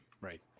right